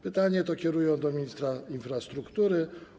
Pytanie to kierują do ministra infrastruktury.